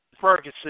Ferguson